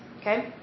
Okay